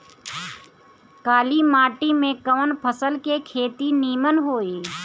काली माटी में कवन फसल के खेती नीमन होई?